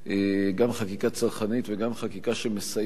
גם חקיקה צרכנית וגם חקיקה שמסייעת